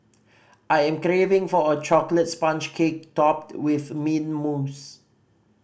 I am craving for a chocolate sponge cake topped with mint mousse